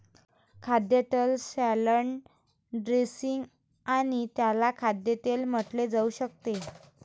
खाद्यतेल salad dressing आणि त्याला खाद्यतेल म्हटले जाऊ शकते